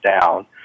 down